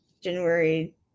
January